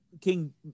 King